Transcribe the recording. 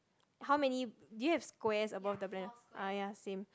how many do you have squares above the man ah ya same